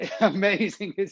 amazing